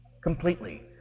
completely